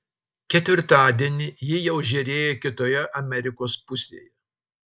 ketvirtadienį ji jau žėrėjo kitoje amerikos pusėje